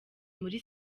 muri